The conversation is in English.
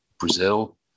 Brazil